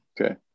Okay